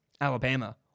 Alabama